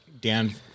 Dan